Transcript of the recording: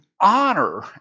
honor